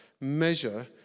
measure